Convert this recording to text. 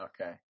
Okay